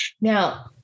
Now